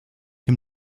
him